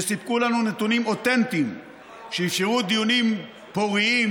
שסיפקו לנו נתונים אותנטיים שאפשרו דיונים פוריים,